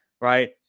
right